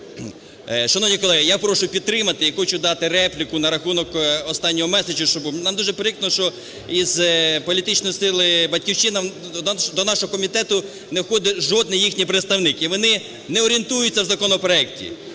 Шановні колеги, я прошу підтримати і хочу дати репліку на рахунок останнього меседжу, що був. Нам дуже прикро, що із політичної сили "Батьківщина" до нашого комітету не входить жоден їхній представник і вони не орієнтуються у законопроекті.